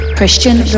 Christian